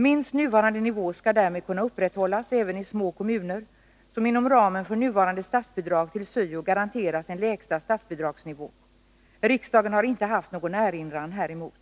Minst nuvarande nivå skall därmed kunna upprätthållas även i små kommuner, som inom ramen för nuvarande statsbidrag till syo garanteras en lägsta statsbidragsnivå. Riksdagen har inte haft någon erinran häremot.